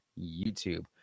YouTube